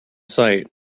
sight